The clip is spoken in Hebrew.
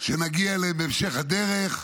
שנגיע אליהן בהמשך הדרך.